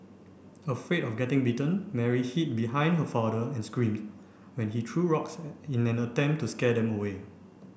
afraid of getting bitten Mary hid behind her father and screamed when he threw rocks in an attempt to scare them away